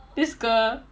this girl